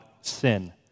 sin